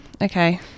okay